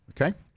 Okay